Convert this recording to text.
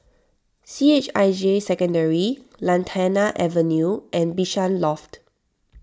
C H I J Secondary Lantana Avenue and Bishan Loft